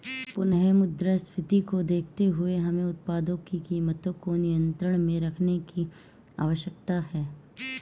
पुनः मुद्रास्फीति को देखते हुए हमें उत्पादों की कीमतों को नियंत्रण में रखने की आवश्यकता है